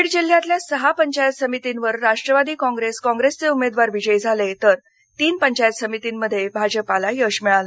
बीड जिल्ह्यातील सहा पंचायत समितीवर राष्ट्रवादी कॉप्रेस कॉप्रेसचे उमेदवार विजयी झाले तर तीन पंचायत समितीमध्ये भाजपला यश मिळालं